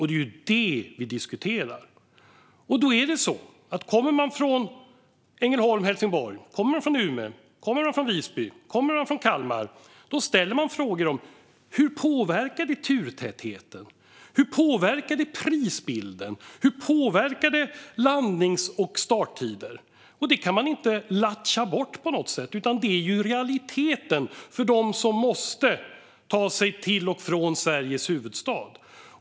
Det är det vi diskuterar. Då är det så att de som kommer från Ängelholm och Helsingborg, från Umeå, från Visby och från Kalmar, de ställer frågor om detta. Hur påverkar det turtätheten? Hur påverkar det prisbilden? Hur påverkar det landnings och starttider? Det kan man inte lattja bort på något sätt, utan det är realiteten för dem som måste ta sig till och från Sveriges huvudstad.